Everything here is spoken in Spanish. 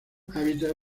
hábitat